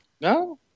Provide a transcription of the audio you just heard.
No